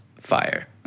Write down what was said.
fire